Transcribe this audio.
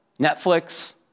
Netflix